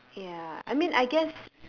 ya I mean I guess